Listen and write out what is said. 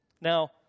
Now